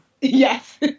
Yes